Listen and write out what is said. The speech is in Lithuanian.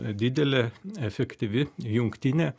didelė efektyvi jungtinė